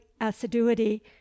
assiduity